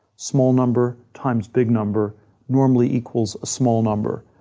small number times big number normally equals a small number.